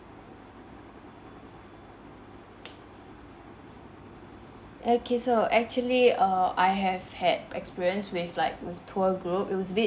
okay so actually err I have had experience with like with tour group it was a bit restrictive so I think I would prefer if we have